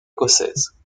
écossaise